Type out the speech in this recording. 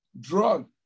drug